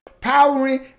powering